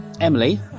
Emily